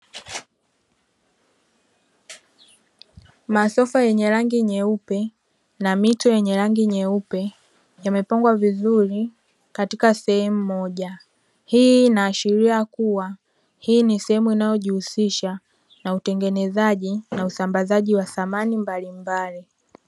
Masofa yenye rangi nyeupe na mito yenye rangi nyeupe yamepangwa vizuri katika sehemu moja, hii ina ashiria kuwa hii ni sehemu inayo jihusisha na utengenezaji na usambazaji wa samani mbalimbali.